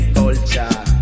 culture